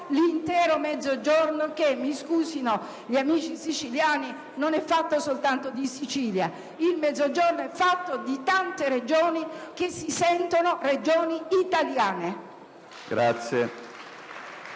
l'intero Mezzogiorno che - mi scusino gli amici siciliani - non è fatto soltanto di Sicilia, ma di tante Regioni che si sentono Regioni italiane.